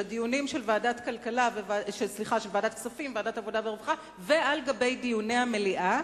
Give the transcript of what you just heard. הדיונים של ועדת הכספים וועדת העבודה והרווחה ועל גבי דיוני המליאה,